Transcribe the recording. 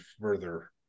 further